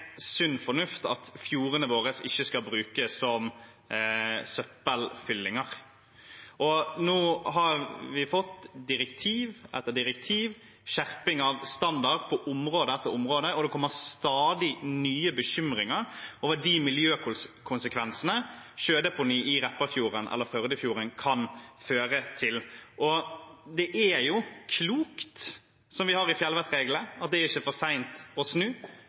sunn fornuft at fjordene våre ikke skal brukes som søppelfyllinger. Nå har vi fått direktiv etter direktiv, skjerping av standard på område etter område, og det kommer stadig nye bekymringer over de miljøkonsekvensene sjødeponi i Repparfjorden eller Førdefjorden kan føre til. Det er klokt som det står i fjellvettregelene, at det er ingen skam å snu. Vil regjeringen være villig til å snu